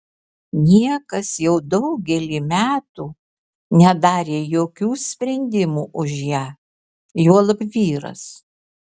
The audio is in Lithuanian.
niekas jau daugelį metų nedarė jokių sprendimų už ją juolab vyras